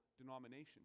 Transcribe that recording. denomination